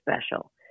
special